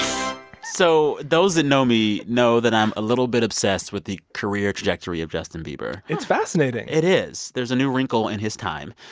so those that know me know that i'm a little bit obsessed with the career trajectory of justin bieber it's fascinating it is. there's a new wrinkle in his time.